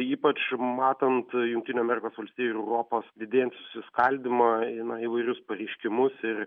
ypač matant jungtinių amerikos valstijų ir europos didėjantį susiskaldymą na įvairius pareiškimus ir